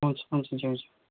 हुन्छ हुन्छ ज्यू ज्यू